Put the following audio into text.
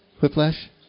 Whiplash